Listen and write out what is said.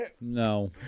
No